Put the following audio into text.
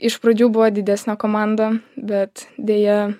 iš pradžių buvo didesnė komanda bet deja